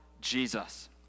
jesus